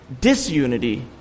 Disunity